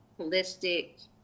holistic